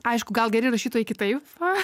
aišku gal geri rašytojai kitaip